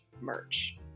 merch